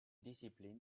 discipline